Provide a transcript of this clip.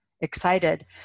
excited